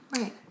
Right